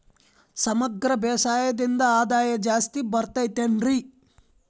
ಸಮಗ್ರ ಬೇಸಾಯದಿಂದ ಆದಾಯ ಜಾಸ್ತಿ ಬರತೈತೇನ್ರಿ?